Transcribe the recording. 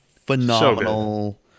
Phenomenal